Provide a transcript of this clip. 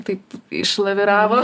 taip išlaviravo